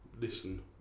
listen